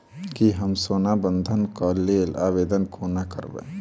की हम सोना बंधन कऽ लेल आवेदन कोना करबै?